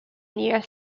near